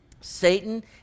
satan